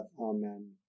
amen